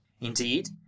Indeed